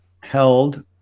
held